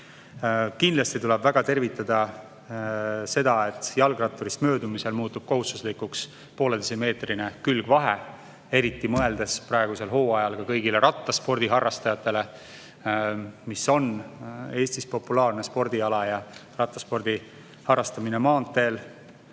Kindlasti tuleb tervitada seda, et jalgratturist möödumisel muutub kohustuslikuks pooleteisemeetrine külgvahe, eriti mõeldes praegusel hooajal kõigile rattaspordiharrastajatele. See on Eestis populaarne spordiala ja rattaspordi harrastamine maanteel